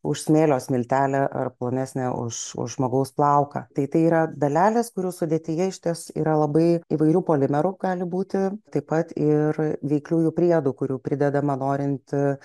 už smėlio smiltelę ar plonesnė už už žmogaus plauką tai tai yra dalelės kurių sudėtyje išties yra labai įvairių polimerų gali būti taip pat ir veikliųjų priedų kurių pridedama norint